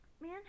Man